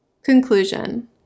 Conclusion